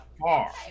far